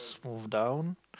move down